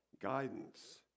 guidance